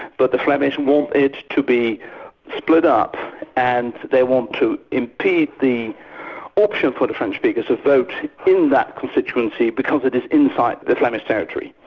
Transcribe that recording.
but the flemish want it to be split up and they want to impede the option for the french speakers to vote in that constituency because it is inside the flemish territory.